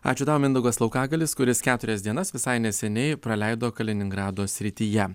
ačiū tau mindaugas laukagalis kuris keturias dienas visai neseniai praleido kaliningrado srityje